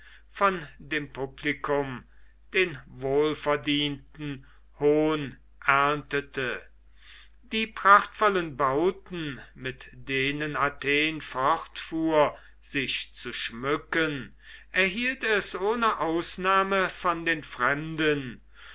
von dem publikum den wohlverdienten hohn erntete die prachtvollen bauten mit denen athen fortfuhr sich zu schmücken erhielt es ohne ausnahme von den fremden